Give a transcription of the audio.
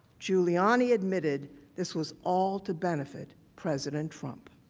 giuliani admitted this was all to benefit president trump.